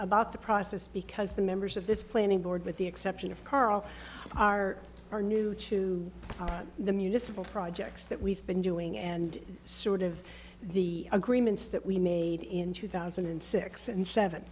about the process because the members of this planning board with the exception of karl are are new to the municipal projects that we've been doing and sort of the agreements that we made in two thousand and six and seven